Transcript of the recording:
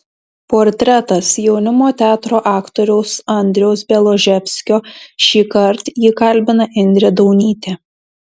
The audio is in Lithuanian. portretas jaunimo teatro aktoriaus andriaus bialobžeskio šįkart jį kalbina indrė daunytė